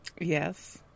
Yes